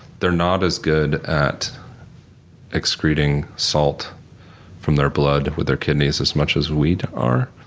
they're not as good at excreting salt from their blood with their kidneys as much as we are.